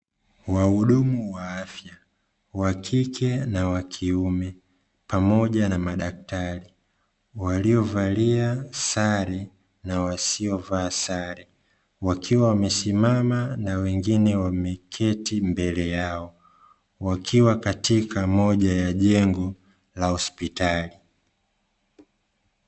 Wahudumu wa afya wa kike na wakiume pamoja na madaktari waliovalia sare na wasiovaa sare, wakiwa wamesimama na wengine wameketi mbele yao . Wakiwa katika Moja ya jengo la hospitali.